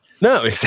No